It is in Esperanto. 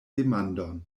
demandon